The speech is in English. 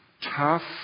Tough